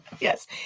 Yes